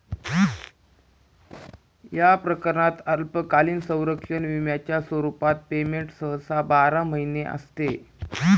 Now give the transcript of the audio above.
या प्रकरणात अल्पकालीन संरक्षण विम्याच्या स्वरूपात पेमेंट सहसा बारा महिने असते